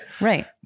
Right